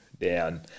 down